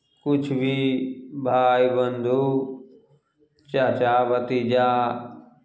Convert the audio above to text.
किछु भी भाइ बन्धु चाचा भतीजा